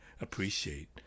appreciate